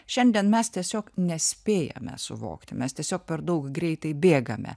šiandien mes tiesiog nespėjame suvokti mes tiesiog per daug greitai bėgame